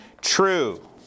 True